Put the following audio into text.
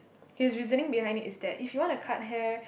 his reasoning behind is that if you want to cut hair